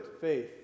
faith